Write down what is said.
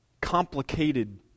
complicated